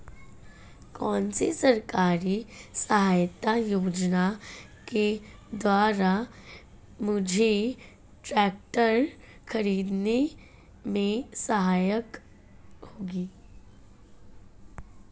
कौनसी सरकारी सहायता योजना के द्वारा मुझे ट्रैक्टर खरीदने में सहायक होगी?